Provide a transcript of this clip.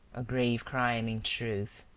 a grave crime, in truth,